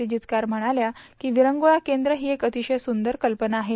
नंदा जिव्कार म्हणाल्या विरंगुळा केंद ही एक अतिशय सुंदर संकल्पना आहे